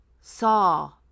saw